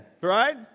right